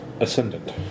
Ascendant